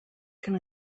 can